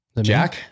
Jack